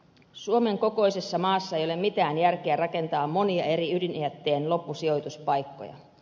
suomen kokoisessa maassa ei ole mitään järkeä rakentaa monia eri ydinjätteen loppusijoituspaikkoja